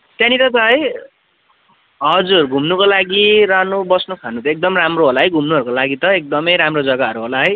त्यहाँनिर छ है हजुर घुम्नुको लागि रहनु बस्नु खानु त एकदम राम्रो होला है घुम्नुहरूको लागि त एकदमै राम्रो जग्गाहरू होला है